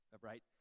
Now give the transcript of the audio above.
Right